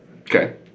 Okay